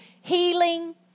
healing